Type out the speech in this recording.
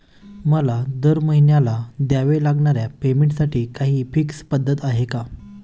मला दरमहिन्याला द्यावे लागणाऱ्या पेमेंटसाठी काही फिक्स पद्धत आहे का?